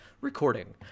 Recording